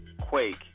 quake